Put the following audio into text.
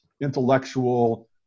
intellectual